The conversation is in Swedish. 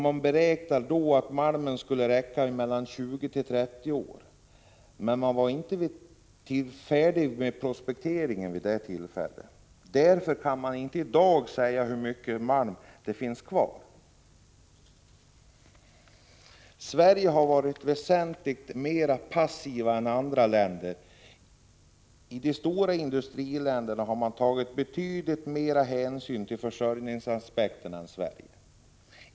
Man beräknade då att malmen skulle räcka 20-30 år, men man var inte färdig med prospekteringen vid det tillfället. Därför kan man inte i dag säga hur mycket malm som finns kvar. Sverige har varit väsentligt mera passivt än andra länder. I de stora industriländerna har man tagit betydligt mera hänsyn till försörjningsaspekten än man har gjort i Sverige.